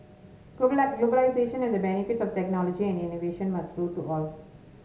globalisation and the benefits of technology and innovation must flow to all